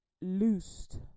loosed